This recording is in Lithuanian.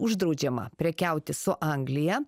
uždraudžiama prekiauti su anglija